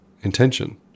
Intention